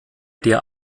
der